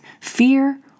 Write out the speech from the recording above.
fear